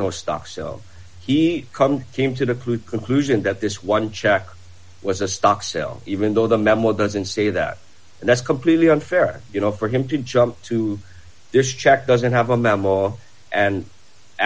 no stock so he came to the conclusion that this one check was a stock sale even though the memo doesn't say that and that's completely unfair you know for him to jump to this check doesn't have a memo and